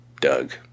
Doug